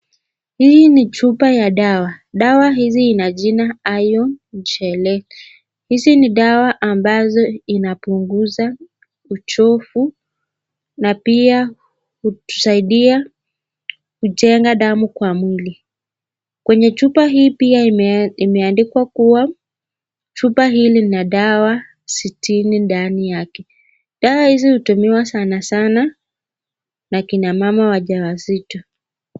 Hii ni chupa ya dawa. Dawa hizi ina jina Ayo Chele. Hizi ni dawa ambazo inapunguza uchovu na pia hutusaidia kujenga damu kwa mwili. Kwenye chupa hii pia imeandikwa kuwa chupa hii ina dawa sitini ndani yake. Dawa hizi hutumiwa sana sana na kinamama wajawazito.